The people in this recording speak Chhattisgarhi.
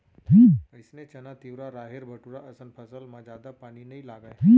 अइसने चना, तिंवरा, राहेर, बटूरा असन फसल म जादा पानी नइ लागय